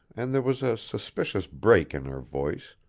and there was a suspicious break in her voice,